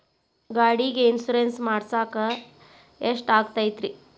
ಗಾಡಿಗೆ ಇನ್ಶೂರೆನ್ಸ್ ಮಾಡಸಾಕ ಎಷ್ಟಾಗತೈತ್ರಿ?